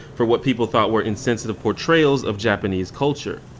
for what people thought were insensitive portrayals of japanese culture.